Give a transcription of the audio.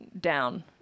down